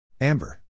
Amber